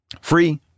Free